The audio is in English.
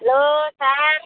hello sir